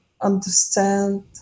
understand